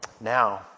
Now